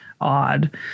odd